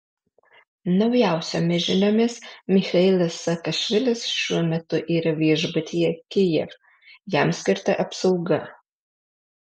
naujausiomis žiniomis michailas saakašvilis šiuo metu yra viešbutyje kijev jam skirta apsauga